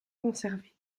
conservé